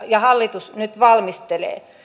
ja hallitus nyt valmistelevat